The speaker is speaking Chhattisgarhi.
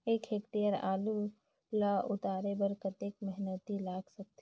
एक टेक्टर आलू ल उतारे बर कतेक मेहनती लाग सकथे?